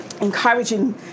encouraging